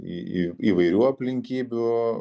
į į įvairių aplinkybių